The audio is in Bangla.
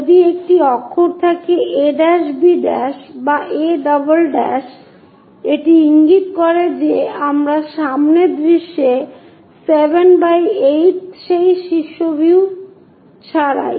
যদি একটি অক্ষর থাকে a' b' বা a' এটি ইঙ্গিত করে যে আমরা সামনের দৃশ্যে ⅞সেই শীর্ষ ভিউ ছাড়াই